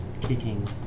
kicking